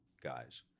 guys